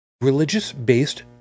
religious-based